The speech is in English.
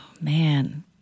man